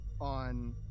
on